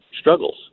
struggles